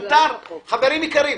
חברים יקרים,